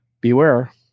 beware